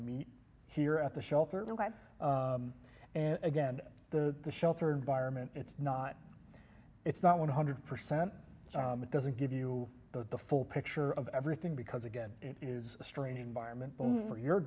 meeting here at the shelter and again the shelter environment it's not it's not one hundred percent it doesn't give you the full picture of everything because again it is a strange environment for your